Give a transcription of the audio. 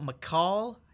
McCall